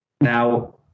Now